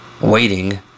waiting